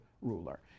ruler